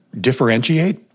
differentiate